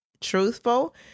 truthful